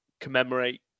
commemorate